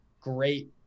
great